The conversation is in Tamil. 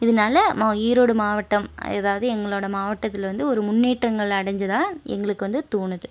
இதனால் மா ஈரோடு மாவட்டம் அதாவது எங்களோட மாவட்டத்தில் வந்து ஒரு முன்னேற்றங்கள் அடஞ்சதாக எங்களுக்கு வந்து தோணுது